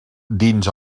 dins